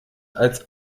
als